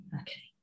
Okay